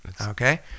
Okay